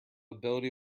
ability